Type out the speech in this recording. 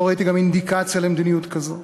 לא ראיתי גם אינדיקציה למדיניות כזאת.